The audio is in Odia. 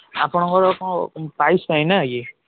ଆପଣଙ୍କର କ'ଣ ପାଇସ୍ ପାଇଁ ନା କି